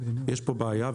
יש פה בעיה,